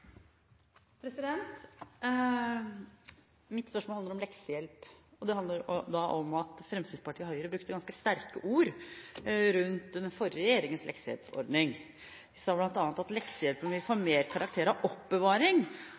replikkordskifte. Mitt spørsmål handler om leksehjelp, og det handler om at Fremskrittspartiet og Høyre brukte ganske sterke ord om den forrige regjeringens leksehjelpordning. De sa bl.a. at leksehjelpen vil få mer karakter av oppbevaring